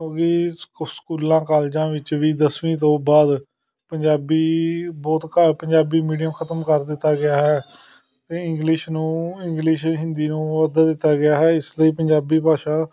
ਉਹ ਵੀ ਸਕ ਸਕੂਲਾਂ ਕਾਲਜਾਂ ਵਿੱਚ ਵੀ ਦਸਵੀਂ ਤੋਂ ਬਾਅਦ ਪੰਜਾਬੀ ਬਹੁਤ ਘਾ ਪੰਜਾਬੀ ਮੀਡੀਅਮ ਖਤਮ ਕਰ ਦਿੱਤਾ ਗਿਆ ਹੈ ਤੇ ਇੰਗਲਿਸ਼ ਨੂੰ ਇੰਗਲਿਸ਼ ਹਿੰਦੀ ਨੂੰ ਅਹੁਦਾ ਦਿੱਤਾ ਗਿਆ ਹੈ ਇਸ ਲਈ ਪੰਜਾਬੀ ਭਾਸ਼ਾ